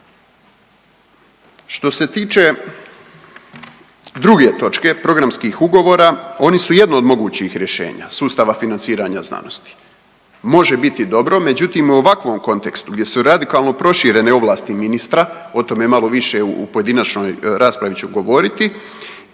Što se tiče druge točke programskih ugovora, oni su jedno od mogućih rješenja sustava financiranja znanosti. Može biti dobro, međutim u ovakvom kontekstu gdje su radikalno proširene ovlasti ministra o tome malo više u pojedinačnoj raspravi ću govoriti